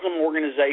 organizations